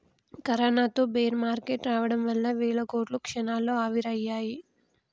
కరోనాతో bear market రావడం వల్ల వేల కోట్లు క్షణాల్లో ఆవిరయ్యాయి